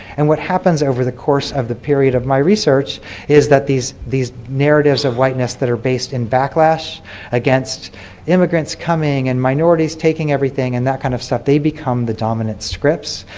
and what happens over the course of a period of my research is that these these narratives of whiteness that are based in backlash against immigrants coming and minorities taking everything and that kind of stuff, they become the dominant scripts.